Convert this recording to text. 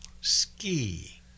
Ski